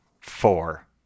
Four